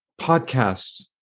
podcasts